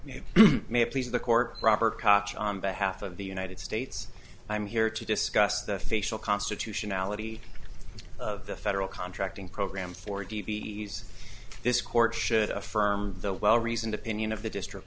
please the court robert cops on behalf of the united states i'm here to discuss the facial constitutionality of the federal contracting program for d v d s this court should affirm the well reasoned opinion of the district